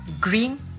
green